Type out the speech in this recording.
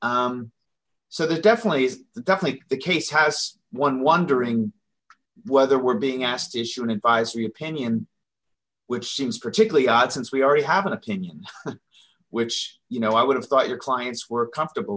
that so there definitely is definitely the case has one wondering whether we're being asked issue an advisory opinion which seems particularly odd since we already have an opinion which you know i would have thought your clients were comfortable